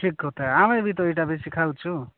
ଠିକ୍ କଥା ଆମେ ବି ତ ଏଇଟା ବେଶୀ ଖାଉଛୁ